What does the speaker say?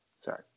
Sorry